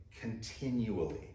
continually